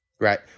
Right